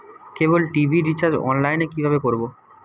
কেবল TV recharge online এ কিভাবে করব?